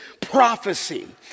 prophecy